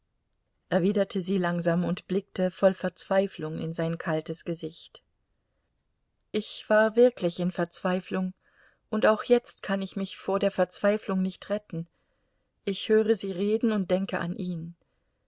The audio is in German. erwiderte sie langsam und blickte voll verzweiflung in sein kaltes gesicht ich war wirklich in verzweiflung und auch jetzt kann ich mich vor der verzweiflung nicht retten ich höre sie reden und denke an ihn